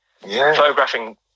photographing